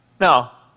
Now